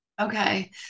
Okay